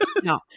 No